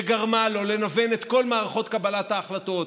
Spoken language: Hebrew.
שגרמה לו לנוון את כל מערכות קבלת ההחלטות,